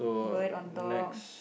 bird on top